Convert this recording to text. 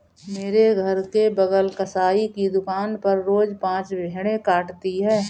मेरे घर के बगल कसाई की दुकान पर रोज पांच भेड़ें कटाती है